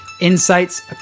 insights